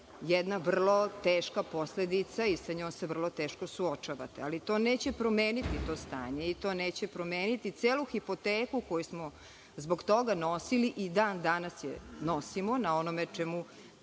jedna vrlo teška posledica i sa njom se vrlo teško suočavate, ali to neće promeniti to stanje i to neće promeniti celu hipoteku koju smo zbog toga nosili i dan danas je nosimo, na onome čemu